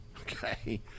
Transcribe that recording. okay